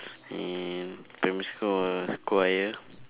in primary school was choir